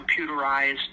computerized